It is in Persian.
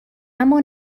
اما